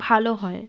ভালো হয়